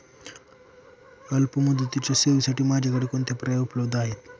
अल्पमुदतीच्या ठेवींसाठी माझ्याकडे कोणते पर्याय उपलब्ध आहेत?